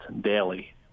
daily